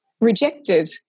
rejected